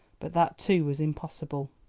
but that, too, was impossible.